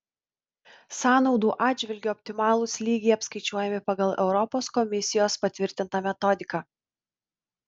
sąnaudų atžvilgiu optimalūs lygiai apskaičiuojami pagal europos komisijos patvirtintą metodiką